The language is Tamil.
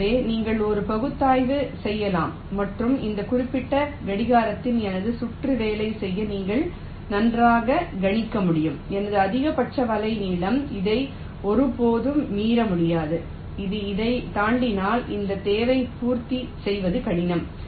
எனவே நீங்கள் ஒரு பகுப்பாய்வு செய்யலாம் மற்றும் இந்த குறிப்பிட்ட கடிகாரத்தில் எனது சுற்று வேலை செய்ய நீங்கள் நன்றாக கணிக்க முடியும் எனது அதிகபட்ச வலை நீளம் இதை ஒருபோதும் மீற முடியாது இது இதைத் தாண்டினால் இந்தத் தேவையைப் பூர்த்தி செய்வது கடினம்